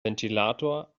ventilator